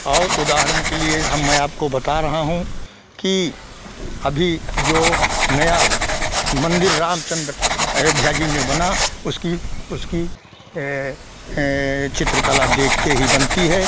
और उदाहरण के लिए अब मैं आपको बता रहा हूँ कि अभी जो नया मन्दिर राम चन्द्र अयोध्या जी में बना उसकी उसकी चित्रकला देखते ही बनती है